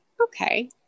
Okay